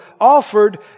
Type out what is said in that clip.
offered